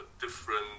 Different